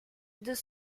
deux